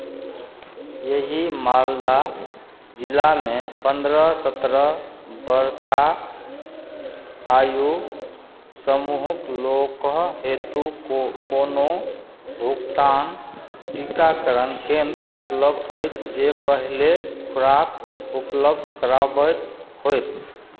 एहि मालदा जिलामे पन्द्रह सत्रह बरख आयु समूहक लोक हेतु को कोनो भुगतान टीकाकरण केन्द्र उपलब्ध अछि जे पहिले खुराक उपलब्ध कराबैत होय